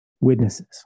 witnesses